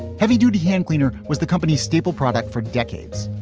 heavy duty hand cleaner was the company's staple product for decades.